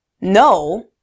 no